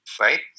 right